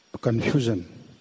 confusion